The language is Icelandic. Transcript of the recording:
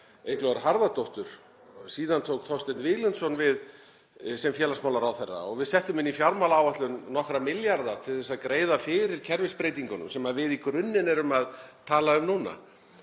Eyglóar Harðardóttur. Síðan tók Þorsteinn Víglundsson við sem félagsmálaráðherra og við settum inn í fjármálaáætlun nokkra milljarða til þess að greiða fyrir kerfisbreytingunum sem við í grunninn erum að tala um núna.